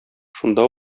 шунда